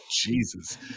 Jesus